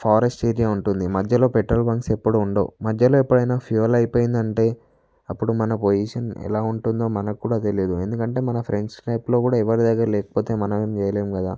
forest area ఉంటుంది మధ్యలో petrol bunks ఎప్పుడూ ఉండవు మధ్యలో ఎప్పుడైనా ఫ్యూయల్ అయిపోయింది అంటే అప్పుడు మన పొజిషన్ ఎలా ఉంటుందో మనకు కూడా తెలియదు ఎందుకంటే మన ఫ్రెండ్స్ టైపులో కూడా ఎవరి దగ్గర లేకపోతే మనమేం చేయలేం కదా